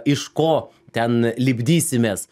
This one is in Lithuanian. iš ko ten lipdysimės